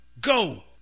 go